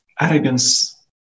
arrogance